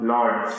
Lords